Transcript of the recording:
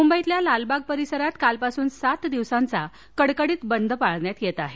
मुंबईतल्या लालबाग परिसरात कालपासून सात दिवसांचा कडकडीत बंद पाळण्यात येत आहे